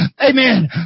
amen